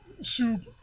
soup